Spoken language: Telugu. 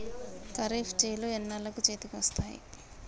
ఖరీఫ్ చేలు ఎన్నాళ్ళకు చేతికి వస్తాయి?